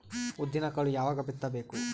ಉದ್ದಿನಕಾಳು ಯಾವಾಗ ಬಿತ್ತು ಬೇಕು?